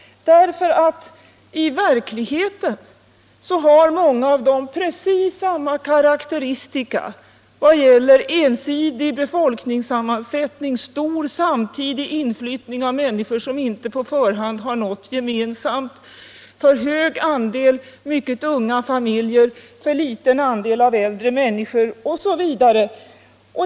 I verkligheten har många av dessa områden precis samma karakteristika vad gäller ensidig befolkningssammansättning, stor samtidig inflyttning av människor som på förhand inte har något gemensamt, för hög andel unga familjer, för liten andel äldre människor, osv.